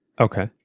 okay